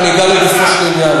אני אגע לגופו של עניין.